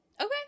Okay